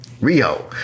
Rio